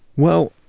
well,